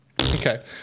Okay